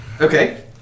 Okay